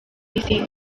isi